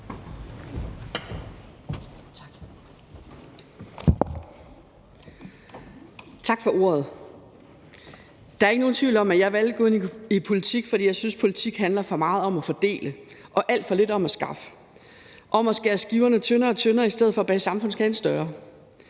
Tak for ordet. Der er ikke nogen tvivl om, at jeg valgte at gå ind i politik, fordi jeg synes, at politik handler for meget om at fordele og alt for lidt om at skaffe, om at skære skiverne tyndere og tyndere i stedet for at bage samfundskagen større.